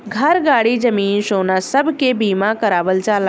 घर, गाड़ी, जमीन, सोना सब के बीमा करावल जाला